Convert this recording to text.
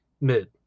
mid